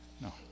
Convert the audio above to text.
No